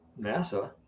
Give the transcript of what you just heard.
NASA